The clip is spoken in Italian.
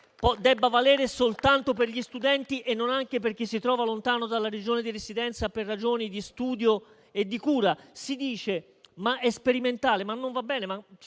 debba valere soltanto per gli studenti e non anche per chi si trova lontano dalla Regione di residenza per ragioni di lavoro e di cura. Si dice che è una misura sperimentale, ma non va bene.